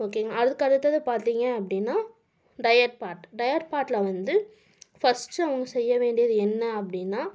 ஓகேங்க அதுக்கடுத்தது பார்த்தீங்க அப்படீன்னா டயட் பார்ட் டயட் பார்ட்டில் வந்து ஃபர்ஸ்ட்டு அவங்க செய்ய வேண்டியது என்ன அப்படீன்னா